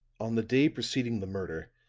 on the day preceding the murder,